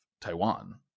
Taiwan